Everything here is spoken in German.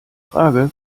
frage